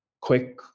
quick